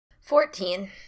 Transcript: Fourteen